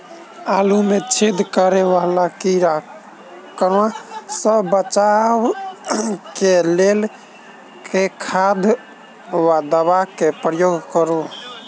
आलु मे छेद करा वला कीड़ा कन्वा सँ बचाब केँ लेल केँ खाद वा दवा केँ प्रयोग करू?